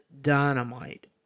Dynamite